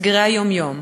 אתגרי היום-יום,